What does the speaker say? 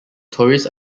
tourist